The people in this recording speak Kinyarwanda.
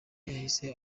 yahise